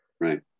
Right